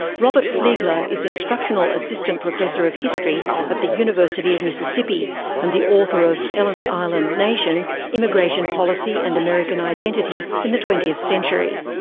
robert fleegler is instructional assistant professor of history at the university of mississippi and the author of ellis island nation immigration policy and american identity in the twentieth century.